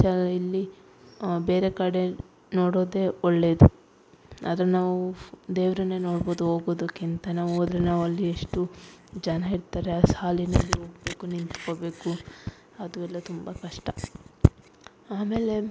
ಚ ಇಲ್ಲಿ ಬೇರೆ ಕಡೆ ನೋಡೋದೆ ಒಳ್ಳೇದು ಅದ್ರಲ್ಲಿ ನಾವು ದೇವರನ್ನೆ ನೋಡ್ಬೋದು ಹೋಗೋದಕ್ಕಿಂತ ನಾವು ಹೋದ್ರೆ ನಾವು ಅಲ್ಲಿ ಎಷ್ಟು ಜನ ಇರ್ತಾರೆ ಆ ಸಾಲಿನಲ್ಲಿ ಹೋಗ್ಬೇಕು ನಿಂತ್ಕೋಬೇಕು ಅದು ಎಲ್ಲ ತುಂಬ ಕಷ್ಟ ಆಮೇಲೆ